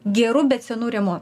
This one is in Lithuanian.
geru bet senu remontu